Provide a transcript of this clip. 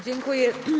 Dziękuję.